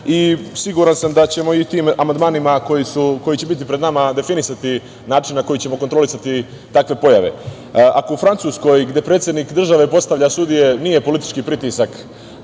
i siguran sam da ćemo i tim amandmanima, koji će biti pred nama definisati način na koji ćemo kontrolisati takve pojave. Ako u Francuskoj gde predsednik države postavlja sudije, nije poltički pritisak,